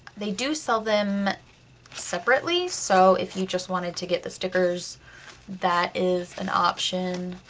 they do sell them separately, so if you just wanted to get the stickers that is an option.